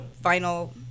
final